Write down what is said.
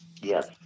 Yes